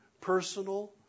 personal